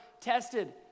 tested